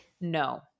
no